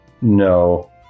No